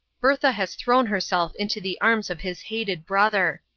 bertha has thrown herself into the arms of his hated brother.